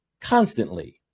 constantly